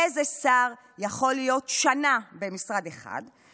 איזה שר יכול להיות שנה במשרד אחד,